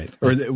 Right